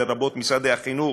לרבות משרדי החינוך,